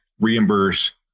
reimburse